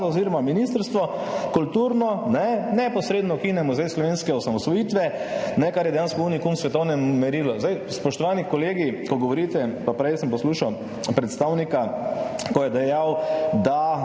kulturno ministrstvo neposredno ukine Muzej slovenske osamosvojitve, kar je dejansko unikum v svetovnem merilu. Spoštovani kolegi, ko govorite, pa prej sem poslušal predstavnika, ko je dejal, da